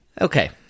Okay